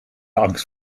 angst